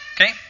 Okay